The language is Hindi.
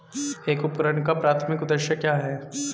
एक उपकरण का प्राथमिक उद्देश्य क्या है?